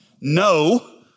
No